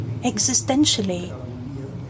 existentially